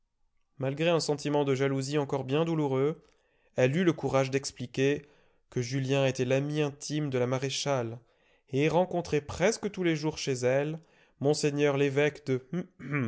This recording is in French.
malgré un sentiment de jalousie encore bien douloureux elle eut le courage d'expliquer que julien était l'ami intime de la maréchale et rencontrait presque tous les jours chez elle mgr l'évêque de